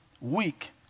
weak